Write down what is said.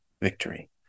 victory